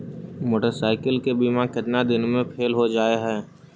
Motorcycle के बिमा केतना दिन मे फेल हो जा है?